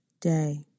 day